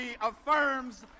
affirms